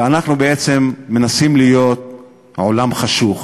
ואנחנו בעצם מנסים להיות עולם חשוך.